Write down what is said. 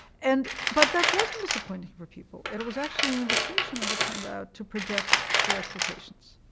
and but that wasn't disappointing for people. it it was actually an invitation, as it turned out, to project their expectations,